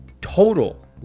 total